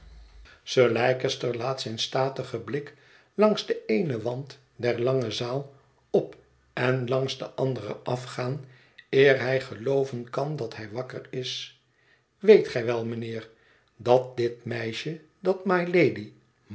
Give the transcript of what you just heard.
sir leicester laat zijn statigen blik langs den eenen wand der lange zaal op en langs den ander afgaan eer hij gelooven kan dat hij wakker is weet gij wel mijnheer dat dit meisje dat mylady